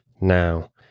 Now